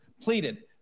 pleaded